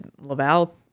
Laval